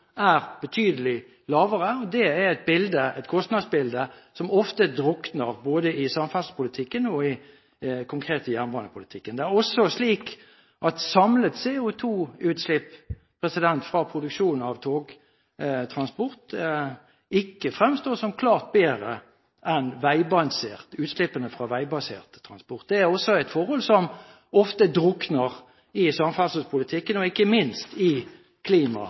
er betydelig lavere. Det er et kostnadsbilde som ofte drukner både i samferdselspolitikken og i den konkrete jernbanepolitikken. Det er også slik at samlede CO2-utslipp fra togtransport ikke fremstår som klart bedre enn utslippene fra veibasert transport. Det er også et forhold som ofte drukner i samferdselspolitikken, og ikke minst i